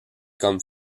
comme